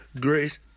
grace